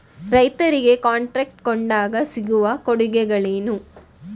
ರೈತರಿಗೆ ಟ್ರಾಕ್ಟರ್ ಕೊಂಡಾಗ ಸಿಗುವ ಕೊಡುಗೆಗಳೇನು?